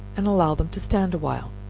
and allow them to stand awhile